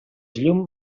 llum